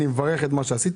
אני מברך על מה שעשית.